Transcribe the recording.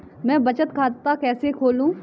मैं बचत खाता कैसे खोलूं?